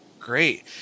Great